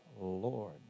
Lord